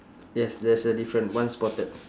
yes that's a different one spotted